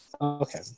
Okay